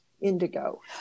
indigo